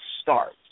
start